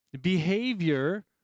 behavior